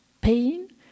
pain